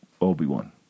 Obi-Wan